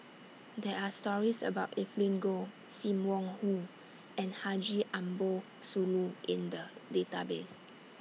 There Are stories about Evelyn Goh SIM Wong Hoo and Haji Ambo Sooloh in The Database